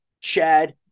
Chad